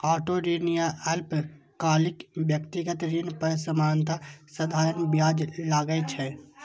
auto ऋण या अल्पकालिक व्यक्तिगत ऋण पर सामान्यतः साधारण ब्याज लागै छै